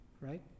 right